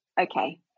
okay